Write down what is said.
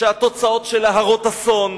שהתוצאות שלה הרות אסון.